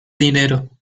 dinero